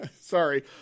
sorry